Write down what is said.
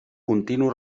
continu